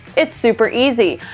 it's super easy!